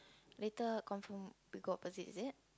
later confirm we go opposite is it